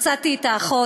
מצאתי את האחות,